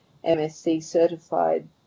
MSC-certified